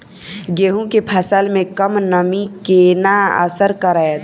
गेंहूँ केँ फसल मे कम नमी केना असर करतै?